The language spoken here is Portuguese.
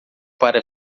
para